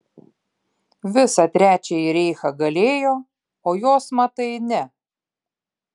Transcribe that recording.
visą trečiąjį reichą galėjo o jos matai ne